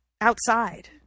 outside